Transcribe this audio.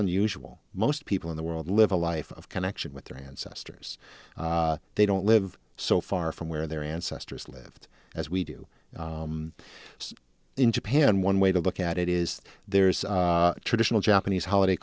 unusual most people in the world live a life of connection with their ancestors they don't live so far from where their ancestors lived as we do in japan one way to look at it is there's a traditional japanese holiday